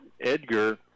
Edgar